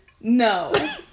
no